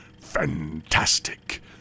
fantastic